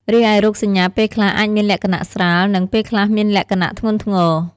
រីឯរោគសញ្ញាពេលខ្លះអាចមានលក្ខណៈស្រាល និងពេលខ្លះអាចមានលក្ខណៈធ្ងន់ធ្ងរ។